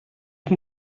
den